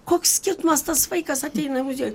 koks skirtumas tas vaikas ateina į muziejų